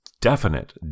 definite